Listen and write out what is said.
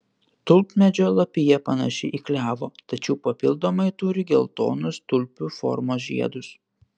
tulpmedžio lapija panaši į klevo tačiau papildomai turi geltonus tulpių formos žiedus